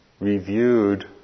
reviewed